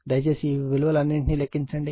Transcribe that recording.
దయచేసి ఈ విలువలు అన్నింటిని లెక్కించండి